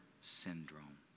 Syndrome